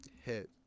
hit